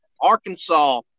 Arkansas